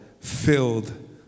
filled